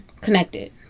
connected